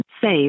Save